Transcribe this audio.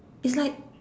it's like